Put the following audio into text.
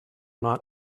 not